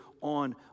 on